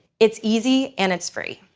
it's easy and it's free.